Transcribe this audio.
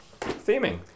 theming